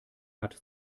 hat